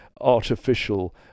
Artificial